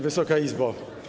Wysoka Izbo!